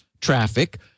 traffic